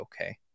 okay